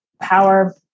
power